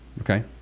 Okay